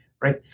right